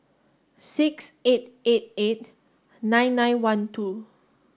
six eight eight eight nine nine one two